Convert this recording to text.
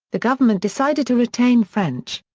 the government decided to retain french.